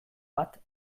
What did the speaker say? bat